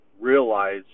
realize